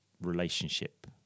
relationship